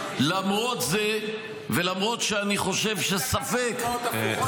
למרות זה ולמרות שאני חושב שספק --- אתה יודע כמה דוגמאות הפוכות יש?